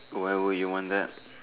why will you want that